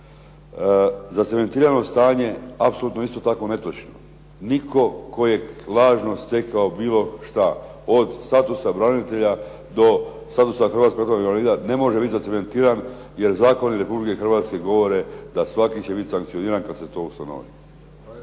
Zacementirano stanje apsolutno je isto tako netočno. Nitko tko je lažno stekao bilo šta, od statusa branitelja do statusa hrvatskog ratnog vojnog invalida ne može biti zacementiran jer zakoni Republike Hrvatske govore da svaki će bit sankcioniran kad se to ustanovi.